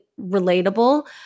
relatable